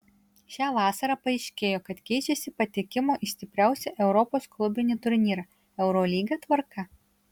šią vasarą paaiškėjo kad keičiasi patekimo į stipriausią europos klubinį turnyrą eurolygą tvarka